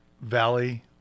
Valley